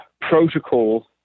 protocol